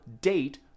date